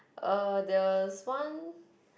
uh there was one